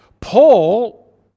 Paul